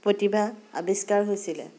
প্ৰতিভা আবিষ্কাৰ হৈছিলে